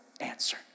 answer